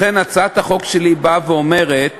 לכן הצעת החוק שלי באה ואומרת